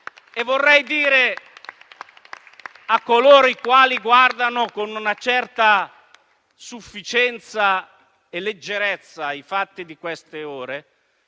E vorrei dire a coloro i quali guardano con una certa sufficienza e leggerezza ai fatti di queste ore